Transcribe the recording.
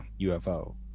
UFO